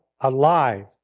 Alive